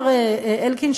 מר אלקין,